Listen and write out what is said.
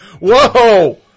Whoa